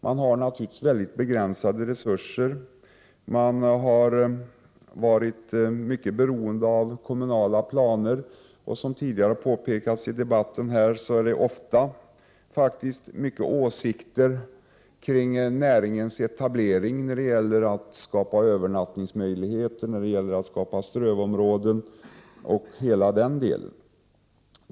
Man har naturligtvis begränsade resurser. Man har varit mycket beroende av kommunala planer. Som tidigare har påpekats i debatten här framförs ofta många åsikter kring näringens etablering när det gäller att skapa övernattningsmöjligheter, strövområden osv.